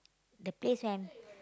the place where I'm